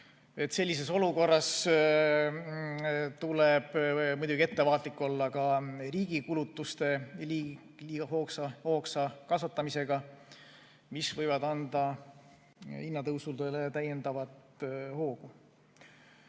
Sellises olukorras tuleb muidugi olla ettevaatlik ka riigi kulutuste liiga hoogsa kasvatamisega, mis võib anda hinnatõusudele täiendavat hoogu.